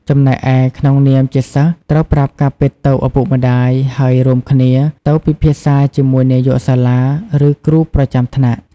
ចំណែកឯ ក្នុងនាមជាសិស្ស ត្រូវប្រាប់ការពិតទៅឪពុកម្តាយ ហើយរួមគ្នាទៅ ពិភាក្សាជាមួយនាយកសាលា ឬគ្រូប្រចាំថ្នាក់។